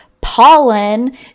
pollen